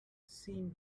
seen